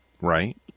Right